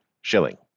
shilling